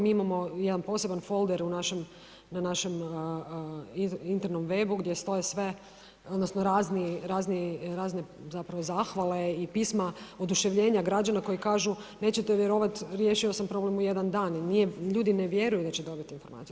Mi imamo jedan poseban folder na našem internom webu gdje stoje razne zahvale i pisma oduševljenja građana koji kažu nećete vjerovati, riješio sam problem u jedan dan, ljudi ne vjeruju da će dobiti tu informaciju.